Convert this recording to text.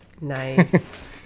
Nice